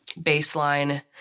baseline